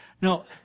No